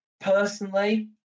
Personally